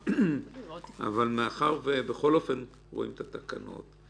אבל מאחר שבכל אופן רואים את התקנות,